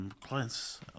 clients